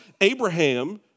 Abraham